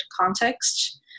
context